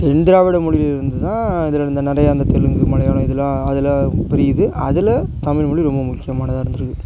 தென்திராவிட மொழியிலிருந்து தான் அதில் இந்த நிறையா அந்த தெலுங்கு மலையாளம் இதெலாம் அதெலாம் பிரியுது அதில் தமிழ்மொழி ரொம்ப முக்கியமானதாக இருந்துருக்குது